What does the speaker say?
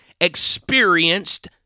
experienced